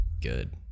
Good